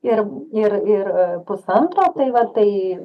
ir ir ir pusantro tai va tai